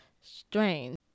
strange